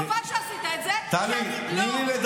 תני לי,